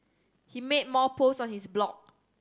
he made more posts on his blog